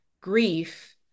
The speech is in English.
grief